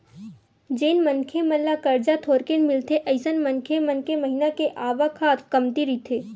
जेन मनखे मन ल करजा थोरेकन मिलथे अइसन मनखे मन के महिना के आवक ह कमती रहिथे